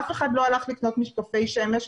אף אחד לא הלך לקנות משקפי שמש.